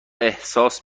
احساس